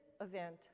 event